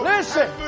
Listen